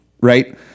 right